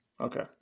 Okay